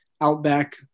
outback